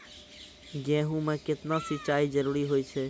गेहूँ म केतना सिंचाई जरूरी होय छै?